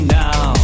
now